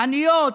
עניות,